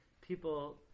people